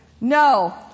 No